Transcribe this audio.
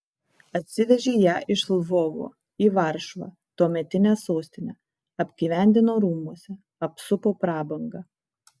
atsivežė ją iš lvovo į varšuvą tuometinę sostinę apgyvendino rūmuose apsupo prabanga